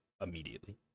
immediately